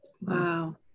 Wow